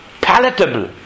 palatable